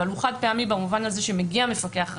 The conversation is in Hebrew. אבל הוא חד-פעמי במובן הזה שמגיע מפקח רת"א,